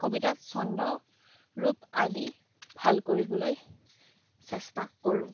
কবিতাত চন্দ ৰূপ আদি ভাল কৰিবলৈ চেষ্টা কৰোঁ